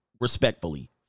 respectfully